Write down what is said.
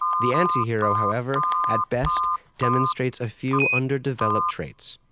the anti-hero, however, at best demonstrates a few underdeveloped traits,